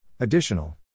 Additional